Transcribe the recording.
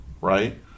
right